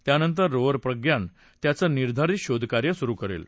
त्यानंतर रोव्हर प्रज्ञान त्याचं निर्धारित शोधकार्य सुरू करेल